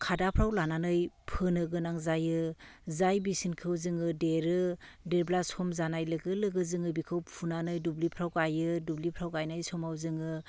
खादाफोराव लानानै फोनो गोनां जायो जाय बिसोनखौ जोङो देरो देरब्ला सम जानाय लोगो लोगो जोङो बेखौ फुनानै दुब्लिफोराव गायो दुब्लिफोराव गायनाय समाव जोङो